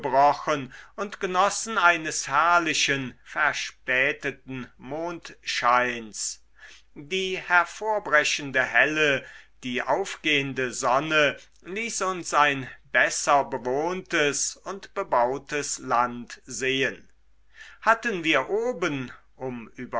und genossen eines herrlichen verspäteten mondscheins die hervorbrechende helle die aufgehende sonne ließ uns ein besser bewohntes und bebautes land sehen hatten wir oben um